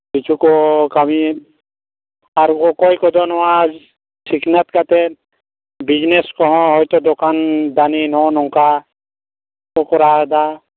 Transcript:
ᱠᱤᱪᱷᱩ ᱠᱚ ᱠᱟᱹᱢᱤᱭᱮᱫᱟ ᱟᱨ ᱚᱠᱚᱭ ᱠᱚᱫᱚ ᱱᱚᱣᱟ ᱥᱤᱠᱷᱱᱟᱹᱛ ᱠᱟᱛᱮᱫ ᱵᱤᱡᱱᱮᱥ ᱠᱚᱦᱚᱸ ᱦᱚᱭᱛᱳ ᱫᱚᱠᱟᱱ ᱫᱟᱱᱤ ᱱᱚᱜᱼᱚᱭ ᱱᱚᱝᱠᱟ ᱠᱚ ᱠᱚᱨᱟᱣᱮᱫᱟ